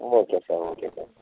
okay sir okay sir